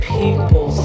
people